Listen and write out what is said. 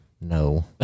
No